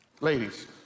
Ladies